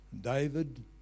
David